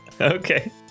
Okay